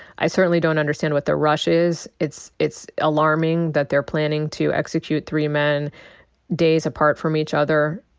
i certainly don't understand what the rush is. it's it's alarming that they're planning to execute three men days apart from each other.